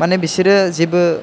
माने बिसोरो जेबो